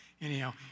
anyhow